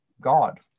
God